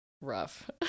rough